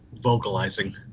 vocalizing